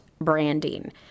branding